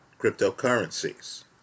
cryptocurrencies